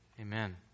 Amen